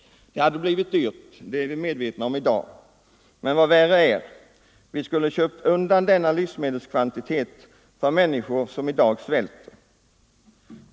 Det hade blivit dyrt, det är vi medvetna om i dag. Men vad värre är — vi skulle ha dragit undan denna livsmedelskvantitet för människor som i dag svälter.